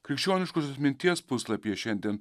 krikščioniškosios minties puslapyje šiandien